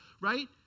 right